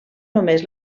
només